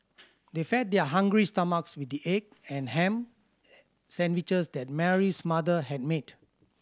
they fed their hungry stomachs with the egg and ham sandwiches that Mary's mother had made